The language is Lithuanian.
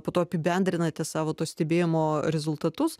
po to apibendrinate savo to stebėjimo rezultatus